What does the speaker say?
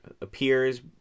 appears